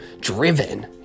driven